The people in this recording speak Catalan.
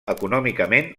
econòmicament